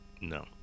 No